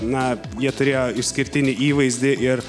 na jie turėjo išskirtinį įvaizdį ir